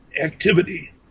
activity